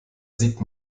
sieht